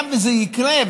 היה וזה יקרה,